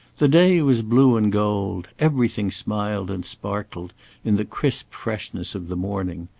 the day was blue and gold everything smiled and sparkled in the crisp freshness of the morning.